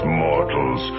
mortals